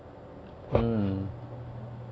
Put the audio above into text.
mm